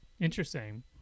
Interesting